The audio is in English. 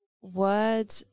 Word